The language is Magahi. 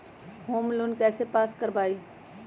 होम लोन कैसे पास कर बाबई?